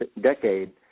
decade